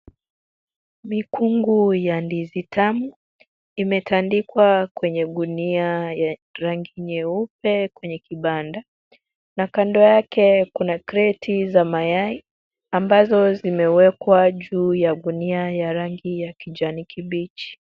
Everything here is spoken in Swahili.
Mikungu ya ndizi tamu imetandikwa kwenye gunia ya rangi nyeupe kwenye kibanda na kando yake kuna kreti za mayai, ambazo zimewekwa juu ya gunia ya rangi ya kijani kibichi.